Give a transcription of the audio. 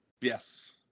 Yes